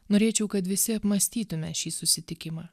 norėčiau kad visi apmąstytume šį susitikimą